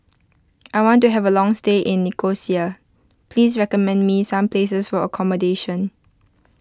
I want to have a long stay in Nicosia Please recommend me some places for accommodation